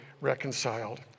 reconciled